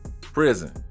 Prison